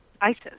ISIS